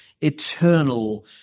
eternal